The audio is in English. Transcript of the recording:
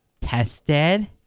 tested